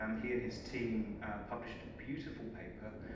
um he and his team published a beautiful paper,